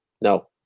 no